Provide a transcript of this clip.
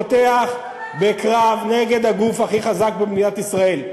פותח בקרב נגד הגוף הכי חזק במדינת ישראל.